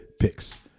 Picks